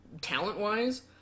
talent-wise